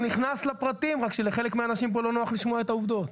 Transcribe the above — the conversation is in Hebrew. הוא נכנס לפרטים רק שלחלק מהאנשים פה לא נוח לשמוע את העובדות.